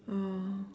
oh